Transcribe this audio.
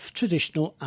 traditional